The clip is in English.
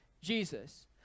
Jesus